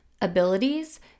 abilities